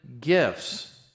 gifts